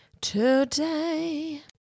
today